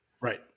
Right